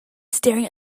staring